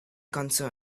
concerned